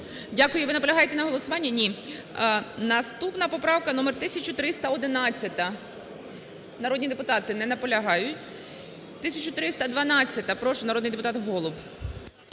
Дякую. Ви наполягаєте на голосуванні? Ні. Наступна поправка - номер 1311. Народні депутати не наполягають. 1312-а. Прошу, народний депутат Голуб.